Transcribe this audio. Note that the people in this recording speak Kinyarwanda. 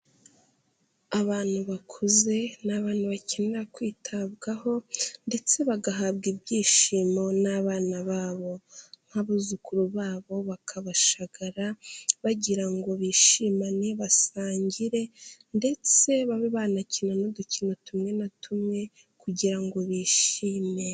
Abantu bakuze ni abantu bakenera kwitabwaho ndetse bagahabwa ibyishimo n'abana babo nk'abuzukuru babo, bakabashagara bagira ngo bishimane, basangire ndetse babe banakina n'udukino tumwe na tumwe kugira ngo bishime.